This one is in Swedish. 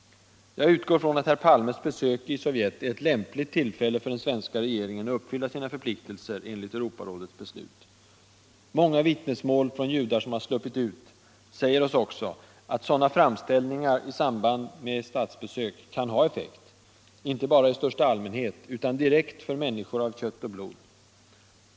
Jag utgår från att herr Palmes besök i Sovjet är ett lämpligt tillfälle för den svenska regeringen att uppfylla sina förpliktelser enligt Europarådets beslut. Många vittnesmål från judar som har sluppit ut därifrån säger också att sådana framställningar i samband med statsbesök kan ha effekt, inte bara i största allmänhet, utan direkt för människor av kött och blod.